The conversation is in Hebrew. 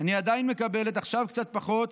"אני עדיין מקבלת, עכשיו קצת פחות.